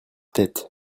tête